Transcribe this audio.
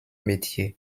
métiers